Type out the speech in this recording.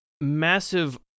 massive